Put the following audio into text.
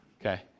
Okay